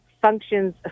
functions